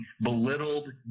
belittled